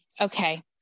Okay